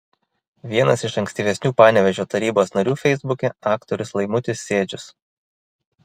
vienas iš aktyvesnių panevėžio tarybos narių feisbuke aktorius laimutis sėdžius